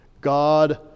God